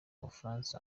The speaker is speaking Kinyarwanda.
bufaransa